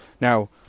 Now